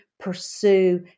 pursue